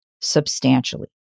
substantially